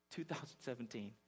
2017